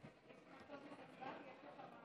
אבו שחאדה, אינו נוכח אלי